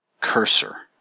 cursor